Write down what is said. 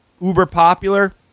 uber-popular